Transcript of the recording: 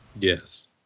Yes